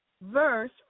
verse